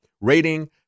rating